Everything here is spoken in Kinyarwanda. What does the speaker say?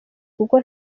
kuko